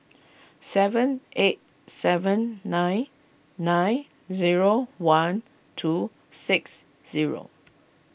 seven eight seven nine nine zero one two six zero